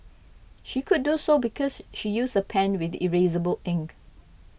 she could do so because she used a pen with erasable ink